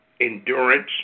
endurance